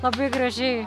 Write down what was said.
labai gražiai